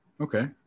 Okay